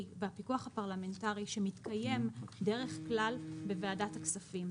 והפיקוח הפרלמנטרי שמתקיים דרך כלל בוועדת הכספים